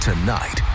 Tonight